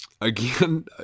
Again